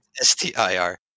s-t-i-r